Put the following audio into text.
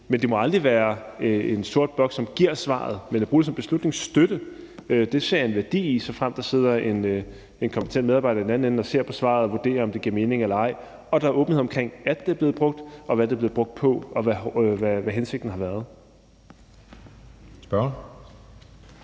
gå. Det må aldrig være en sort boks, som giver svaret, men at bruge det som beslutningsstøtte ser jeg en værdi i, såfremt der sidder en kompetent medarbejder i den anden ende og ser på svaret og vurderer, om det giver mening eller ej, og der er åbenhed omkring, at det blevet brugt, og hvad det er blevet brugt til, og hvad hensigten har været Kl.